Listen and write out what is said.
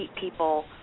people